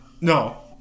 No